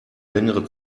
längere